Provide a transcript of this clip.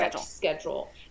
schedule